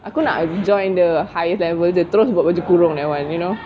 aku nak join the highest level the terus buat baju kurung that [one] you know